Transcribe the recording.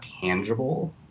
tangible